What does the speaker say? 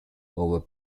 over